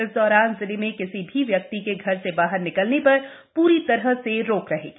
इस दौरान जिले में किसी भी व्यक्ति के घर से बाहर निकलने पर पूरीतरह से रोक रहेगी